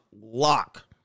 lock